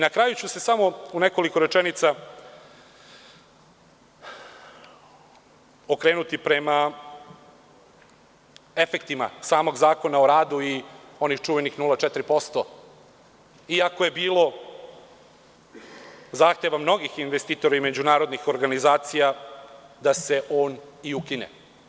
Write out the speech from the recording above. Na kraju ću se samo u nekoliko rečenica okrenuti prema efektima samog Zakona o radu i onih čuvenih 0,4%, iako je bilo zahteva mnogih investitora i međunarodnih organizacija, da se on i ukine.